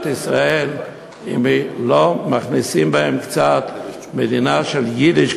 ישראל אם לא מכניסים בהם קצת יידישקייט,